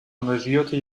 engagierte